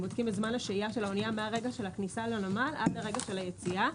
את זמן השהייה של האוניה מרגע הכניסה לנמל עד רגע היציאה,